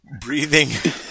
breathing